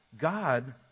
God